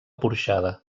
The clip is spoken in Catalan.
porxada